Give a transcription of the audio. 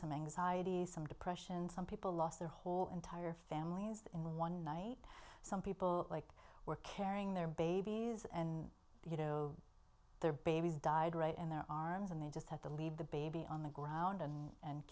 some anxiety some depression some people lost their whole entire family in one night some people like were carrying their babies and you know their babies died right in their arms and they just had to leave the baby on the ground and and